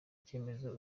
icyemezo